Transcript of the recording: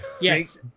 Yes